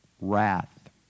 wrath